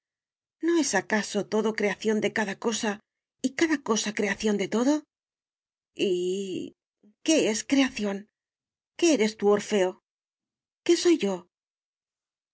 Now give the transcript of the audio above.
no es acaso todo creación de cada cosa y cada cosa creación de todo y qué es creación qué eres tú orfeo qué soy yo